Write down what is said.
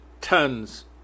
tons